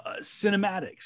cinematics